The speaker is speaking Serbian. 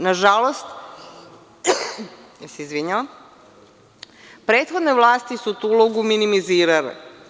Nažalost, prethodne vlasti su tu ulogu minimizirale.